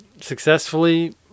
successfully